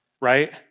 right